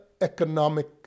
economic